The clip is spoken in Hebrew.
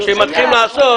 כשמתחילים לעשות,